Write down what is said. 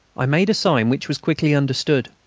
i made a sign which was quickly understood.